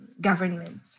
government